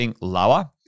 lower